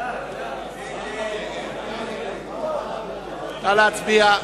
הצעת הסיכום שהביא חבר הכנסת ג'מאל זחאלקה לא נתקבלה.